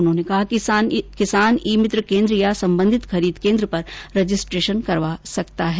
उन्होंने कहा कि किसान ई मित्र केन्द्र या संबंधित खरीद केन्द्र पर रजिस्ट्रेशन करवा सकता है